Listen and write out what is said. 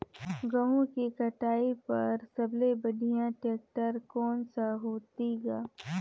गहूं के कटाई पर सबले बढ़िया टेक्टर कोन सा होही ग?